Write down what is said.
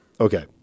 Okay